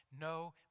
no